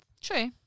true